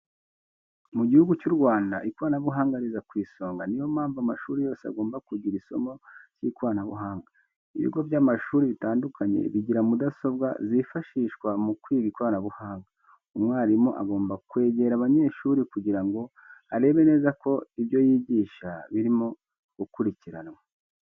Mu gihugu cy'u Rwanda ikoranabuhanga riza ku isonga, niyo mpamvu amashuri yose agomba kugira isomo ry'ikoranabuhanga. Ibigo by'amashuri bitandukanye bigira mudasobwa zifashishwa mu kwiga ikoranabuhanga, umwarimu agomba kwegera abanyeshuri kugira ngo arebe neza ko ibyo yigisha birimo gukurikiranwa.